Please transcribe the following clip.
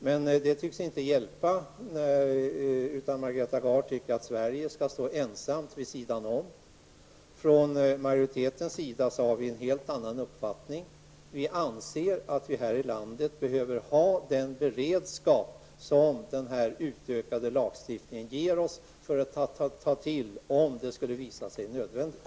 Men det tycks inte hjälpa, utan Margareta Gard tycker att Sverige skall stå ensamt vid sidan om. Från majoritetens sida har vi en helt annan uppfattning. Vi anser att vi här i landet behöver ha den beredskap som den utökade lagstiftningen ger oss -- så att vi kan sätta in åtgärder om det skulle visa sig nödvändigt.